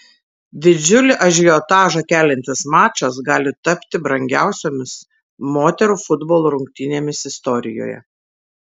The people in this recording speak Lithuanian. didžiulį ažiotažą keliantis mačas gali tapti brangiausiomis moterų futbolo rungtynėmis istorijoje